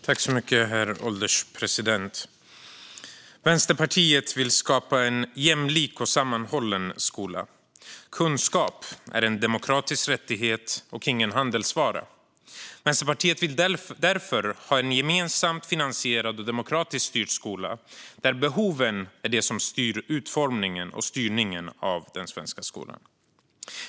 Herr ålderspresident! Vänsterpartiet vill skapa en jämlik och sammanhållen skola. Kunskap är en demokratisk rättighet och ingen handelsvara. Vänsterpartiet vill därför ha en gemensamt finansierad och demokratiskt styrd skola där behoven är det som styr utformningen och styrningen av den svenska skolan.